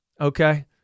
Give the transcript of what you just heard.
Okay